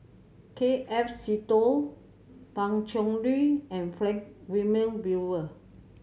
K F Seetoh Pan Cheng Lui and Frank Wilmin Brewer